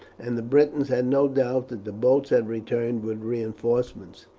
and the britons had no doubt that the boats had returned with reinforcements.